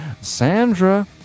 Sandra